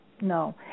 no